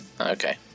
Okay